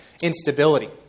instability